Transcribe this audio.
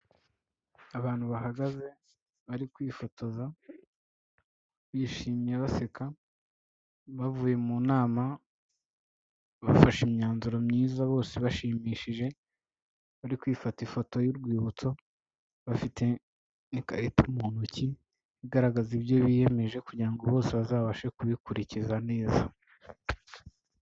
Abantu bahagaze, bari kwifotoza, bishimye baseka bavuye mu nama, bafashe imyanzuro myiza bose ibashimishije, bari kwifata ifoto y'urwibutso, bafite ikarita mu ntoki, igaragaza ibyo biyemeje kugira ngo bose bazabashe kubikurikiza neza.